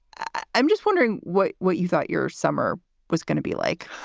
i'm just wondering what what you thought your summer was gonna be like